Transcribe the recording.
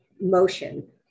motion